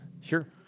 Sure